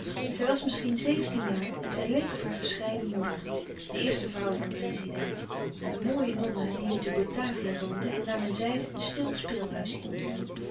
zij was misschien zeventien jaar en zij leek op haar gescheiden moeder de eerste vrouw van den rezident een mooie nonna die nu te batavia woonde en naar men zeide een stil speelhuis hield